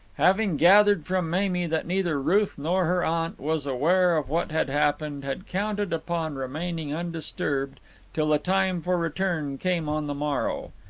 having gathered from mamie that neither ruth nor her aunt was aware of what had happened, had counted upon remaining undisturbed till the time for return came on the morrow.